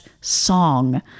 song